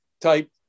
type